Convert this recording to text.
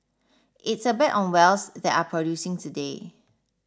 it's a bet on wells that are producing today